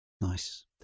Nice